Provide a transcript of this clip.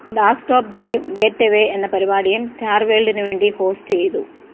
Das top drive getaway എന്ന പരിപാടിയും star വേൾഡിന് വേണ്ടി ഹോസ്റ്റ് ചെയ്തു